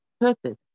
purpose